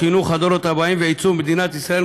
חינוך הדורות הבאים ועיצוב מדינת ישראל,